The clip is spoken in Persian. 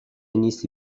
نیستی